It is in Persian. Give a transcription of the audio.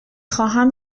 خواهم